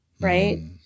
right